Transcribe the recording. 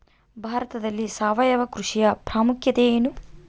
ಭಾರತದಲ್ಲಿ ಸಾವಯವ ಕೃಷಿಯ ಪ್ರಾಮುಖ್ಯತೆ ಎನು?